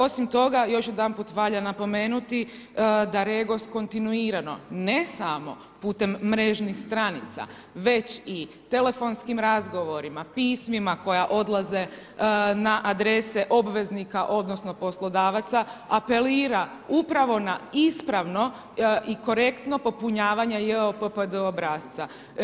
Osim toga, još jedanput valja napomenuti da REGOS kontinuirano ne samo putem mrežnih stranica već i telefonskim razgovorima, pismima koja odlaze na adrese obveznika, odnosno poslodavaca apelira upravo na ispravno i korektno popunjavanje JOPPD obrasca.